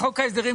חושבים